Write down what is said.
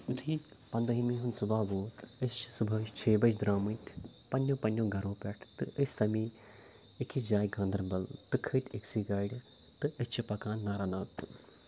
یُتھُے پنٛدہٲمہِ ہُنٛد صُبح ووت أسۍ چھِ صُبحٲے شیٚیہِ بَجہِ درٛامٕتۍ پنٛنیو پنٛنیو گَرو پٮ۪ٹھ تہٕ أسۍ سَمے أکِس جاے گاندَربل تہٕ کھٔتۍ أکۍ سٕے گاڑِ تہٕ أسۍ چھِ پَکان نارا ناگ کُن